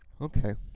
Okay